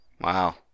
Wow